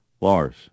Lars